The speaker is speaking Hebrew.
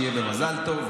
שיהיה מזל טוב.